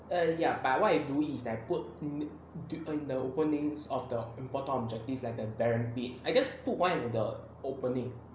err ya but what if rune is I put in the openings of the important objectives like the barren pit I just put one at the opening